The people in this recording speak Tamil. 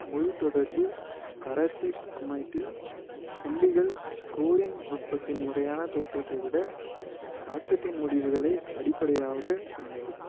முழு தொடர்பு கராத்தே குமைட்டில் புள்ளிகள் ஸ்கோரிங் நுட்பத்தின் முறையான தோற்றத்தை விட தாக்கத்தின் முடிவுகளை அடிப்படையாகக் கொண்டவை